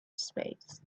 space